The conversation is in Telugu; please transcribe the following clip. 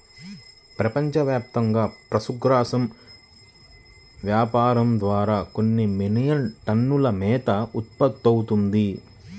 ప్రపంచవ్యాప్తంగా పశుగ్రాసం వ్యాపారం ద్వారా కొన్ని మిలియన్ టన్నుల మేత ఉత్పత్తవుతుంది